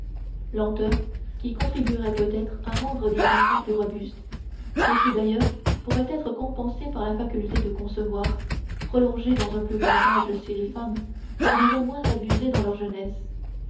lenteur qui contribuerait peut-être à rendre les enfants plus robustes et qui d'ailleurs pourrait être compensée par la faculté de concevoir prolongée dans un plus grand âge chez les femmes qui en auraient moins abusé dans leur jeunesse